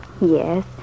Yes